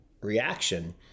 reaction